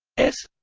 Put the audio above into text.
s